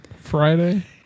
Friday